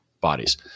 bodies